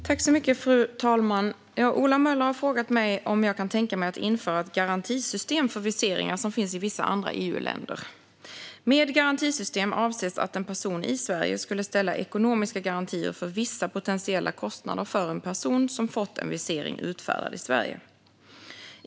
Fru talman! Ola Möller har frågat mig om jag kan tänka mig att införa ett garantisystem för viseringar, vilket finns i vissa andra EU-länder. Med garantisystem avses att en person i Sverige skulle ställa ekonomiska garantier för vissa potentiella kostnader för en person som fått en visering utfärdad till Sverige.